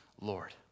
Lord